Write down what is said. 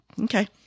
Okay